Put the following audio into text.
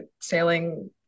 sailing